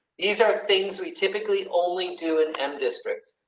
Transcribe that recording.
these are things we typically only do an m districts.